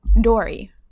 Dory